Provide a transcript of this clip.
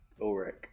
Ulrich